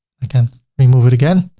i can remove it again,